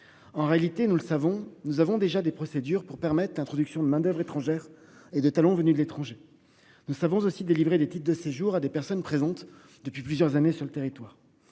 En réalité, nous le savons, nous avons déjà des procédures pour permettre l'introduction de main d'oeuvre étrangère et de talons venus de l'étranger. Nous savons aussi délivrer des titres de séjour à des personnes présentes depuis plusieurs années sur le territoire.